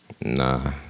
Nah